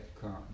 come